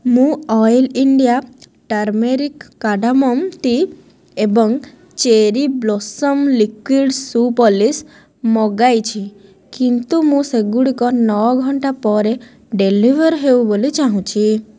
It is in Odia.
ମୁଁ oil India turmeric cardamom tea ଏବଂ cherry blossom liquid shoe polish ମଗାଇଛି କିନ୍ତୁ ମୁଁ ସେଗୁଡ଼ିକ ନଅ ଘଣ୍ଟା ପରେ ଡେଲିଭର୍ ହେଉ ବୋଲି ଚାହୁଁଛି